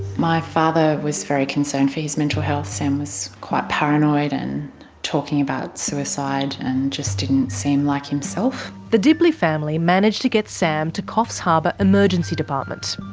my father was very concerned for his mental health, sam was quite paranoid, and talking about suicide and just didn't seem like himself. the dibley family managed to get sam to coffs harbour emergency department.